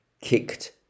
kicked